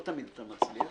לא תמיד מצליחים.